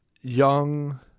young